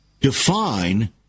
define